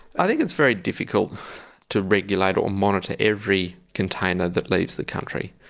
i think it's very difficult to regulate or monitor every container that leaves the country.